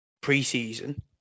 pre-season